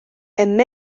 hemm